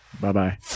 Bye-bye